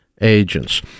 agents